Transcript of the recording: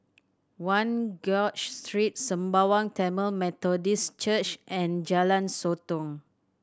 One George Street Sembawang Tamil Methodist Church and Jalan Sotong